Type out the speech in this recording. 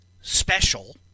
special